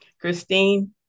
Christine